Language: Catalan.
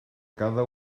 cada